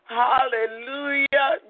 hallelujah